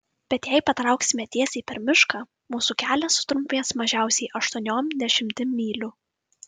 bet jei patrauksime tiesiai per mišką mūsų kelias sutrumpės mažiausiai aštuoniom dešimtim mylių